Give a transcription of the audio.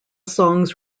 songs